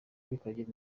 bikagira